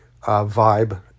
vibe